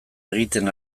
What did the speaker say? egiten